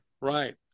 right